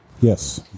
Yes